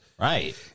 Right